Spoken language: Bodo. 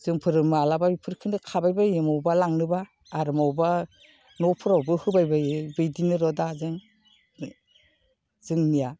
जोंफोर मालाबा बिफोरखौनो खाबाय बायो बबावबा लांनोबा आरो बबावबा न'फोरावबो होबाय बायो बिदिनो र' दा जों जोंनिया